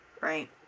right